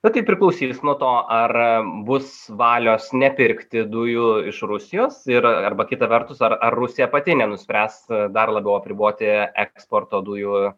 bet tai priklausys nuo to ar bus valios nepirkti dujų iš rusijos ir arba kita vertus ar ar rusija pati nenuspręs dar labiau apriboti eksporto dujų